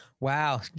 Wow